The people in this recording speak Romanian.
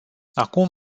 acum